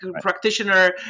practitioner